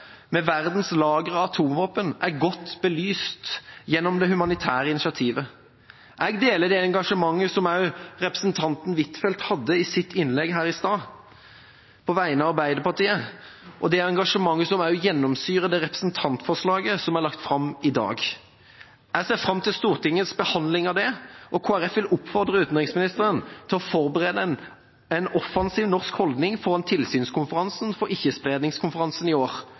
med verdens lagre av atomvåpen, er godt belyst gjennom det humanitære initiativet. Jeg deler det engasjementet som også representanten Huitfeldt hadde i sitt innlegg her i stad på vegne av Arbeiderpartiet, og det engasjementet som også gjennomsyrer det representantforslaget som er lagt fram i dag. Jeg ser fram til Stortingets behandling av det, og Kristelig Folkeparti vil oppfordre utenriksministeren til å forberede en offensiv norsk holdning foran tilsynskonferansen for Ikke-spredningsavtalen i år.